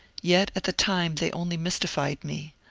yet at the time they only mystified me.